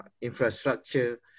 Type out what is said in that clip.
infrastructure